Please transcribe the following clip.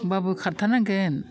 होमब्लाबो खारथारनांगोन